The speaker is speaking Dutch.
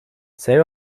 zij